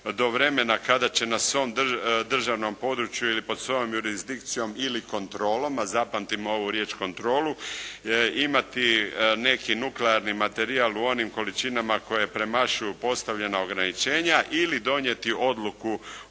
do vremena kada će nas on državnom području ili pod svojom jurisdikcijom ili kontrolom, a zapamtimo ovu riječ kontrolu, imati neki nuklearni materijal u onim količinama koje premašuju postavljena ograničenja ili donijeti odluku o